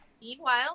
Meanwhile